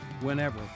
whenever